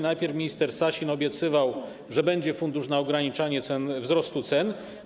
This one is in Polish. Najpierw minister Sasin obiecywał, że będzie fundusz na ograniczanie wzrostu cen.